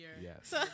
Yes